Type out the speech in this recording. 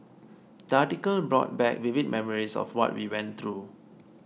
the article brought back vivid memories of what we went through